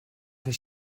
for